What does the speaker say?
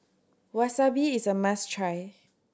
wasabi is a must try